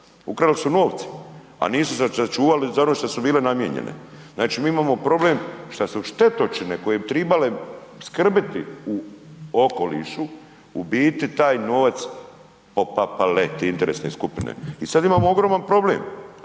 Ukrali su novce a nisu sačuvali za ono što su bile namijenjene. Znači mi imamo problem šta su štetočine koje bi trebale skrbiti u okolišu u biti taj novac popapale, te interesne skupine. I sad imamo ogroman problem,